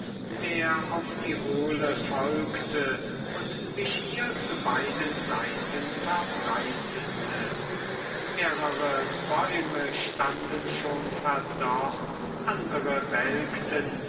der auf die hohle folgte und sich ihr zu beiden seiten verbreitete mehrere bäume standen schon verdorrt andere welkten